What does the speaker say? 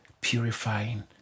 purifying